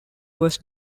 was